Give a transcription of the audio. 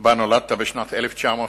בה נולדת ב-1935,